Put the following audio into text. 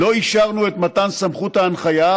לא אישרנו את מתן סמכות ההנחיה,